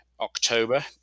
October